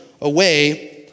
away